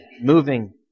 moving